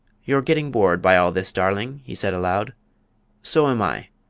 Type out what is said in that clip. you're getting bored by all this, darling, he said aloud so am i.